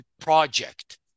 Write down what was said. project